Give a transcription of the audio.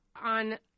on